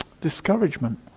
discouragement